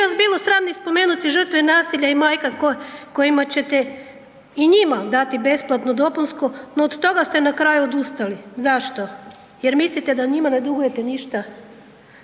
Nije vas bilo sram ni spomenuti žrtve nasilja i majka kojima ćete i njima dati besplatno dopunsko, no od toga ste na kraju odustali. Zašto? Jer mislite da njima ne dugujete ništa.